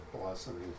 blossoming